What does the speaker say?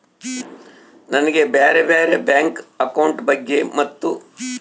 ನನಗೆ ಬ್ಯಾರೆ ಬ್ಯಾರೆ ಬ್ಯಾಂಕ್ ಅಕೌಂಟ್ ಬಗ್ಗೆ ಮತ್ತು?